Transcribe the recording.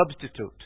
substitute